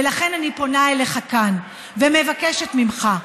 ולכן אני פונה אליך כאן ומבקשת ממך: